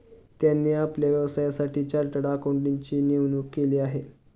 त्यांनी आपल्या व्यवसायासाठी चार्टर्ड अकाउंटंटची नेमणूक केली आहे